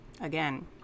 Again